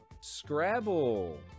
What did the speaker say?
Scrabble